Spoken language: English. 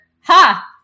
Ha